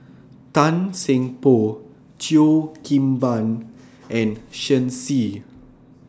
Tan Seng Poh Cheo Kim Ban and Shen Xi